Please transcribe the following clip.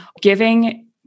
Giving